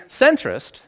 centrist